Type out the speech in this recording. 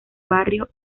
barrio